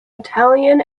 italian